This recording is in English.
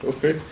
Okay